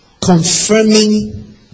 confirming